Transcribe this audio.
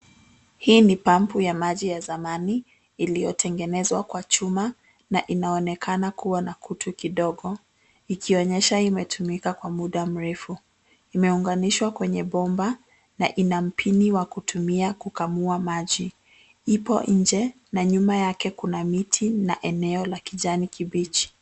Hii ni pump ya maji ya zamani iliyotengenezwa Kwa chuma na inaonekana kuwa na kitu kidogo , ikionyesha imetumika Kwa muda mrefu. Imeunganishwa kwenye bomba na inapiniwa kutumia kukamua maji. Ipo nje na nyuma yake Kuna miti na eneo la kijani kibichi.